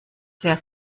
sehr